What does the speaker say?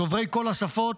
דוברי כל השפות,